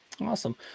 Awesome